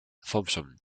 thompson